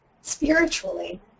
Spiritually